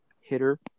hitter